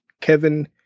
Kevin